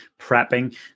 prepping